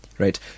Right